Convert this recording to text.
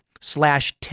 slash